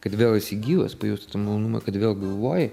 kad vėl esi gyvas pajustum malonumą kad vėl galvoji